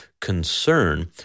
concern